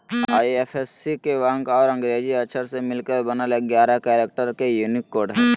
IFSC अंक और अंग्रेजी अक्षर से मिलकर बनल एगारह कैरेक्टर के यूनिक कोड हइ